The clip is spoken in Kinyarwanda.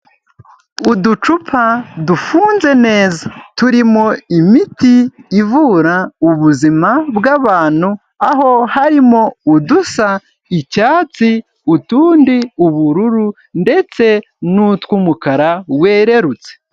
Uducupa dufunze neza turimo imiti ivura ubuzima bw'abantu aho harimo udusa icyatsi utundi ubururu ndetse n'utw'umukara wererutse.